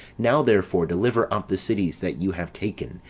now, therefore, deliver up the cities that you have taken,